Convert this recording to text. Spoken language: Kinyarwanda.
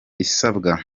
isabwa